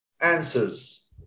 answers